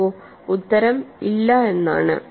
നോക്കൂ ഉത്തരം ഇല്ല എന്നാണ്